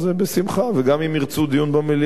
וגם אם ירצו דיון במליאה, גם נשמח.